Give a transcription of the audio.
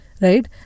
Right